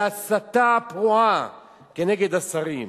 להסתה פרועה, כנגד השרים,